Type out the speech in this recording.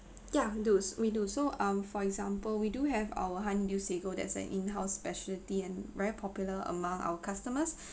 ya we do we do so um for example we do have our honeydew sago there's a in house specialty and very popular among our customers